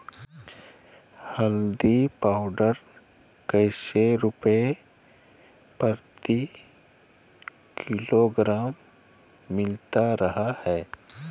हल्दी पाउडर कैसे रुपए प्रति किलोग्राम मिलता रहा है?